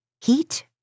Heat